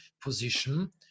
position